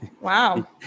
Wow